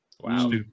Wow